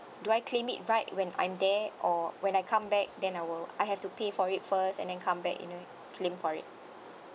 do I claim it right when I'm there or when I come back then I will I have to pay for it first and then come back you know claim for it